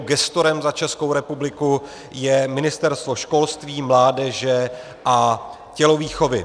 Gestorem za Českou republiky je Ministerstvo školství, mládeže a tělovýchovy.